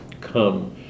come